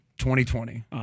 2020